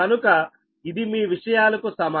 కనుక ఇది మీ విషయాలకు సమానం